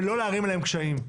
ולא להערים עליהם קשיים.